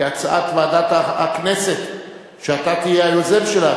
כהצעת ועדת הכנסת שאתה תהיה היוזם שלה.